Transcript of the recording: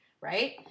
right